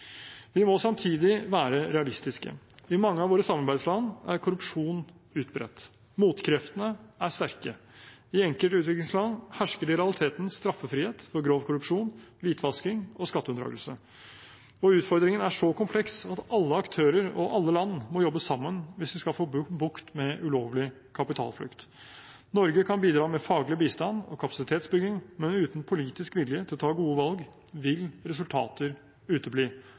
Vi må samtidig være realistiske. I mange av våre samarbeidsland er korrupsjon utbredt. Motkreftene er sterke. I enkelte utviklingsland hersker det i realiteten straff-frihet for grov korrupsjon, hvitvasking og skatteunndragelse. Utfordringen er så kompleks at alle aktører og alle land må jobbe sammen hvis vi skal få bukt med ulovlig kapitalflukt. Norge kan bidra med faglig bistand og kapasitetsbygging, men uten politisk vilje til å ta gode valg vil resultater utebli.